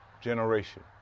generation